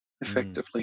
effectively